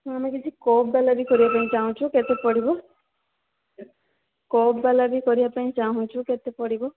ଆମେ କିଛି କପ୍ବାଲା ବି କରିବା ପାଇଁ ଚାହୁଁଛୁ କେତେ ପଡ଼ିବ କପ୍ବାଲା ବି କରିବା ପାଇଁ ଚାହୁଁଛୁ କେତେ ପଡ଼ିବ